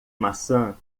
maçã